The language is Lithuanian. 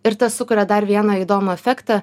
ir tas sukuria dar vieną įdomų efektą